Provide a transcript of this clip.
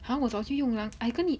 !huh! 我早就用了 I 跟你